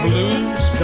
Blues